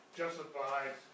justified